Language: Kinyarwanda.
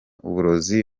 uburozi